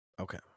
okay